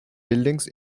buildings